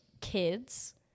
Kids